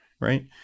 right